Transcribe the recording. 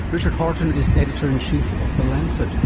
richard horton is editor-in-chief of the lancet.